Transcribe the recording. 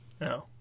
No